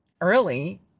early